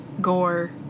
gore